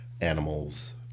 animals